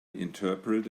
interpret